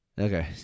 Okay